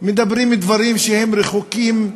מדברים דברים שהם רחוקים,